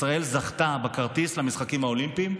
ישראל זכתה בכרטיס למשחקים האולימפיים.